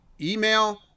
email